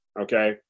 okay